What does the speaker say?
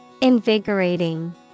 Invigorating